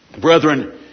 Brethren